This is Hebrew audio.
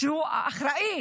שהוא אחראי